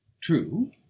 True